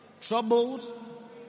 troubled